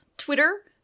Twitter